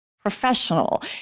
professional